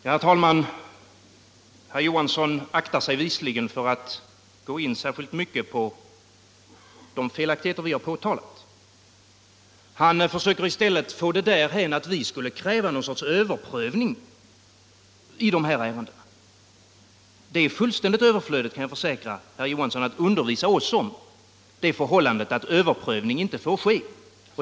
Herr talman! Herr Johansson i Trollhättan aktar sig visligen för att gå närmare in på de felaktigheter vi har påtalat. Han försöker i stället få det därhän att vi skulle kräva något slags överprövning i dessa ärenden. Det är fullständigt överflödigt, kan jag försäkra herr Johansson, att undervisa oss om det förhållandet att överprövning inte får ske.